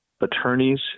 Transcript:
attorneys